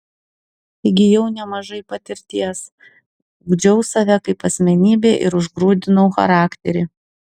įgijau nemažai patirties ugdžiau save kaip asmenybę ir užgrūdinau charakterį